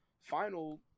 final